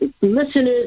listeners